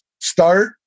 Start